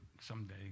someday